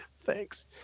thanks